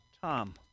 Tom